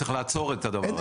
צריך לעצור את הדבר הזה.